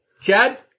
Chad